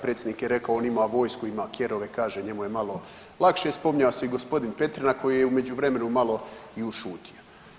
Predsjednik je rekao on ima vojsku, ima kerove kaže njemu je malo lakše, spominjao se i gospodin Petrina koji je u međuvremenu malo i ušutio.